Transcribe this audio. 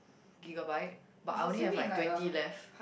gigabyte but I only have like twenty left